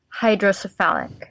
hydrocephalic